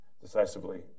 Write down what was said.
Decisively